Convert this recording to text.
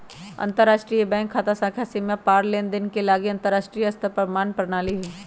अंतरराष्ट्रीय बैंक खता संख्या सीमा पार लेनदेन के लागी अंतरराष्ट्रीय स्तर पर मान्य प्रणाली हइ